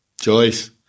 Joyce